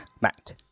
Matt